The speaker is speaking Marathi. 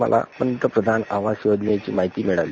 मला पंतप्रधान आवास योजनेची माहिती मिळाली